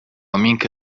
منك